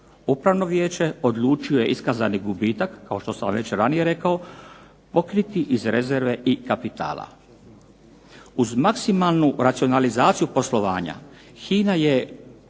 Upravno vijeće odlučuje iskazani gubitak, kao što sam već ranije krenuo, pokriti iz rezerve i kapitala. Uz maksimalnu racionalizaciju poslovanja HINA je